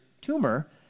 tumor